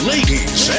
Ladies